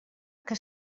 que